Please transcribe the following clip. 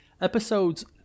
Episodes